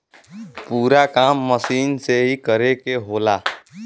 पूरा काम मसीन से ही करे के होला